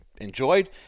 enjoyed